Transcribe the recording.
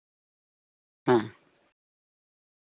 ᱦᱮᱸ